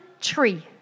tree